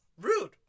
Rude